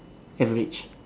average